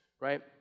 right